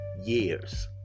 years